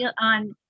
on